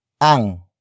Ang